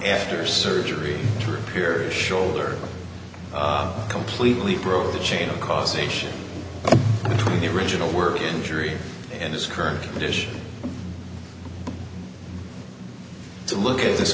after surgery to repair the shoulder completely broke the chain of causation between the original work injury and his current condition to look at this